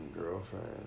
girlfriend